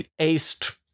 aced